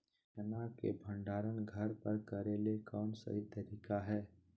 चना के भंडारण घर पर करेले कौन सही तरीका है?